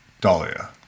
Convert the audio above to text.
Dahlia